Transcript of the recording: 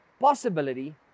possibility